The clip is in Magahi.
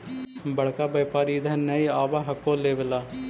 बड़का व्यापारि इधर नय आब हको लेबे ला?